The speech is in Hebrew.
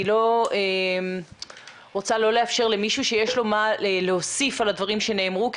אני לא רוצה לא לאפשר למישהו שיש לו מה להוסיף על הדברים שנאמרו כי